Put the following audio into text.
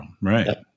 Right